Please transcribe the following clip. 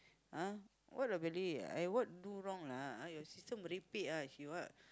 !huh! what lah Belly I what do wrong lah your sister merepek ah she what